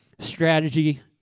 strategy